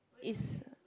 is